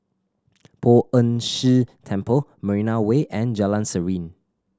Poh Ern Shih Temple Marina Way and Jalan Serene